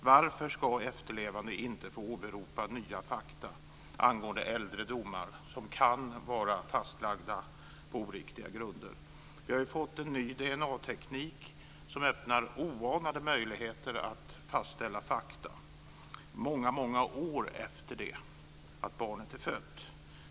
Varför ska efterlevande inte få åberopa nya fakta angående äldre domar som kan vara fastlagda på oriktiga grunder? Vi har fått en ny DNA-teknik som öppnar oanade möjligheter att fastställa fakta många år efter det att barnet är fött.